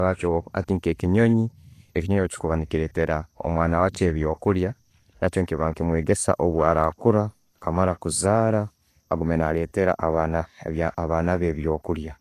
baakyo hati nke kinyonyi bwechikuba nechiretera omwana wakyo ebyo'kulya, nakyo kiiba ne'kimwegesa oburaba akuura, akamara kuzaala akuuma naletera abaana be ebyokulya.